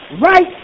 right